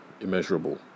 immeasurable